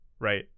right